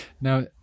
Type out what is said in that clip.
now